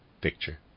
picture